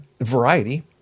variety